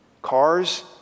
Cars